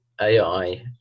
AI